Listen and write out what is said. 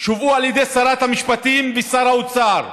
שהובאו על ידי שרת המשפטים ושר האוצר: